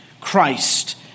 Christ